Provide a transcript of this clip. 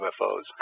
UFOs